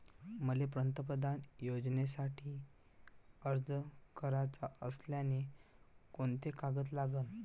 मले पंतप्रधान योजनेसाठी अर्ज कराचा असल्याने कोंते कागद लागन?